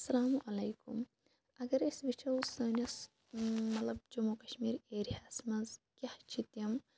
اَسَلامُ علیکُم اَگر أسۍ وٕچھو سٲنِس مَطلَب جموں کَشمیٖر ایریا ہَس مَنٛز کیاہ چھِ تِم